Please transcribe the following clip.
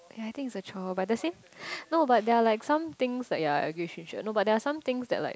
ya I think it's the child but at the same no but there are like some things that ya I agree with you should no but there are some things that like